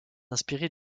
inspiré